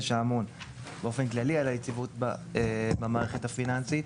שאמור באופן כללי על היציבות במערכת הפיננסית,